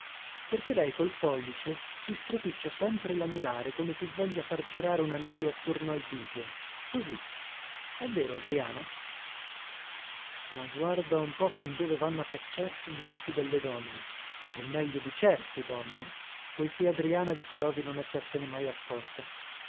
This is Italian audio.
perché perché lei col pollice si stropiccia sempre lanulare come chi voglia far girare un anello attorno al dito così è vero adriana ma guarda un po fin dove vanno a cacciarsi gli occhi delle donne o meglio di certe donne poiché adriana dichiarò di non essersene mai accorta